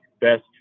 best